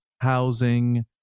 housing